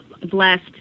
blessed